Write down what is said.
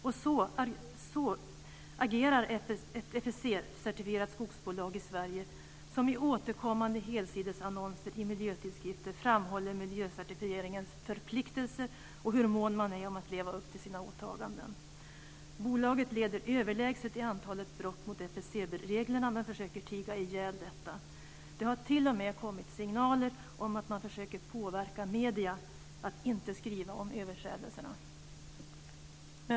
Så agerar ett FSC-certifierat skogsbolag i Sverige som i återkommande helsidesannonser i miljötidskrifter framhåller miljöcertifieringens förpliktelser och hur mån man är om att leva upp till sina åtaganden. Bolaget leder överlägset i antalet brott mot FSC reglerna men försöker tiga ihjäl detta. Det har t.o.m. kommit signaler om att man försöker påverka medierna att inte skriva om överträdelserna.